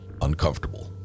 uncomfortable